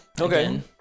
Okay